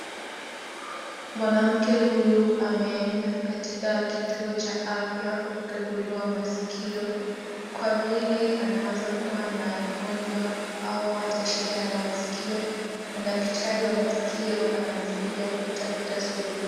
Mwanamke huyu ameenda katika kituo cha afya kukaguliwa masikio kwa vile anaweza kuwa na ugonjwa au ata shida ya masikio na dakatari wa masikio anamsaidia kutafuta suluhisho.